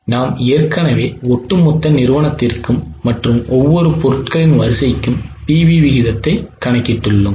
நாம் ஏற்கனவே ஒட்டுமொத்த நிறுவனத்திற்கும் மற்றும் ஒவ்வொரு பொருட்களின் வரிசைக்கும் PV விகிதத்தை கணக்கிட்டுள்ளோம்